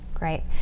Great